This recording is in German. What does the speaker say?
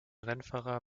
rennfahrer